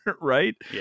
right